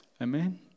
Amen